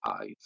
eyes